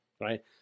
right